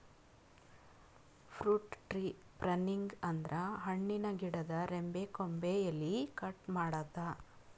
fruit tree pruning ಅಂದ್ರ ಹಣ್ಣಿನ್ ಗಿಡದ್ ರೆಂಬೆ ಕೊಂಬೆ ಎಲಿ ಕಟ್ ಮಾಡದ್ದ್